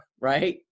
right